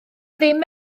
ddim